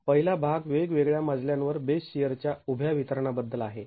तर पहिला भाग वेगवेगळ्या मजल्यांवर बेस शिअर च्या उभ्या वितरणाबद्दल आहे